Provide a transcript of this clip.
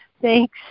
Thanks